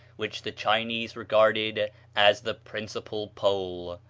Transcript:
which the chinese regarded as the principal pole.